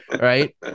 Right